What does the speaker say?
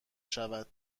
شود